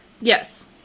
Yes